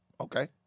Okay